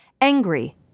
Angry